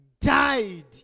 died